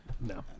no